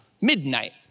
midnight